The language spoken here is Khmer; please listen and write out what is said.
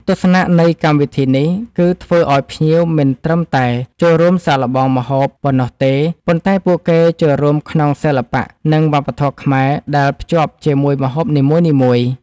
ទស្សនៈនៃកម្មវិធីនេះគឺធ្វើឲ្យភ្ញៀវមិនត្រឹមតែ ចូលរួមសាកល្បងម្ហូប ប៉ុណ្ណោះទេ ប៉ុន្តែពួកគេចូលរួមក្នុងសិល្បៈ និងវប្បធម៌ខ្មែរដែលភ្ជាប់ជាមួយម្ហូបនីមួយៗ។